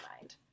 mind